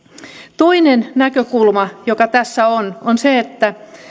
toinen näkökulma joka tässä on on se että